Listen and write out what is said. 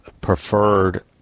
preferred